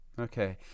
Okay